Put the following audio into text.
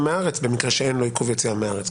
מהארץ במקרה שאין לו עיכוב יציאה מהארץ.